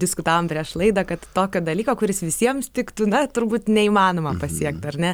diskutavom prieš laidą kad tokio dalyko kuris visiems tiktų na turbūt neįmanoma pasiekt ar ne